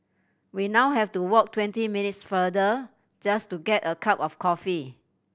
we now have to walk twenty minutes farther just to get a cup of coffee